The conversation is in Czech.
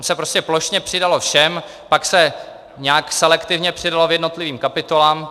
Ono se prostě plošně přidalo všem, pak se nějak selektivně přidalo jednotlivým kapitolám.